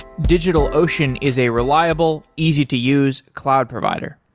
digitalocean is a reliable, easy to use cloud provider.